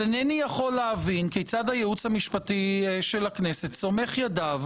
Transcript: אז אינני יכול להבין כיצד הייעוץ המשפטי של הכנסת סומך ידיו